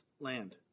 land